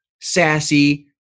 sassy